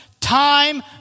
Time